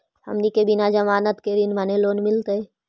हमनी के बिना जमानत के ऋण माने लोन मिलतई?